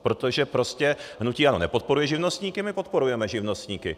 Protože prostě hnutí ANO nepodporuje živnostníky, my podporujeme živnostníky.